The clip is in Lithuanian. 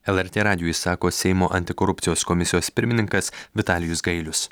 lrt radijui sako seimo antikorupcijos komisijos pirmininkas vitalijus gailius